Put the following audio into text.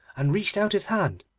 and reached out his hand,